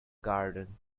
garden